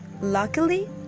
luckily